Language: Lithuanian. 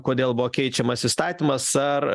kodėl buvo keičiamas įstatymas ar